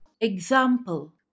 Example